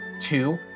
two